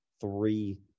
three